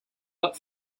but